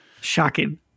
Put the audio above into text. Shocking